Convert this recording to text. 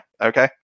okay